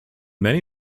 many